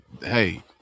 hey